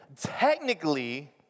technically